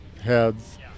heads